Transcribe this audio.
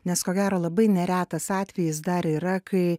nes ko gero labai neretas atvejis dar yra kai